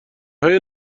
های